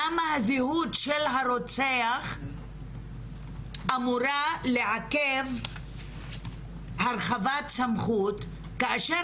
למה הזהות של הרוצח אמורה לעכב הרחבת סמכות כאשר